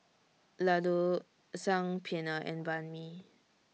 Ladoo Saag Paneer and Banh MI